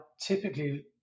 typically